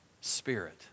spirit